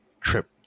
trip